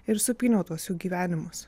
ir supyniau tuos jų gyvenimus